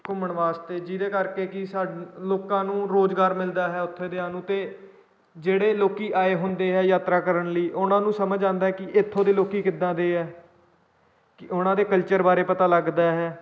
ਘੁੰਮਣ ਵਾਸਤੇ ਜਿਹਦੇ ਕਰਕੇ ਕਿ ਸਾ ਲੋਕਾਂ ਨੂੰ ਰੁਜ਼ਗਾਰ ਮਿਲਦਾ ਹੈ ਉੱਥੇ ਦਿਆਂ ਨੂੰ ਅਤੇ ਜਿਹੜੇ ਲੋਕ ਆਏ ਹੁੰਦੇ ਆ ਯਾਤਰਾ ਕਰਨ ਲਈ ਉਹਨਾਂ ਨੂੰ ਸਮਝ ਆਉਂਦਾ ਕਿ ਇੱਥੋਂ ਦੇ ਲੋਕ ਕਿੱਦਾਂ ਦੇ ਆ ਕਿ ਉਹਨਾਂ ਦੇ ਕਲਚਰ ਬਾਰੇ ਪਤਾ ਲੱਗਦਾ ਹੈ